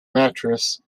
mattress